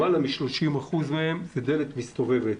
למעלה מ-30% מהם זה דלת מסתובבת,